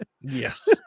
Yes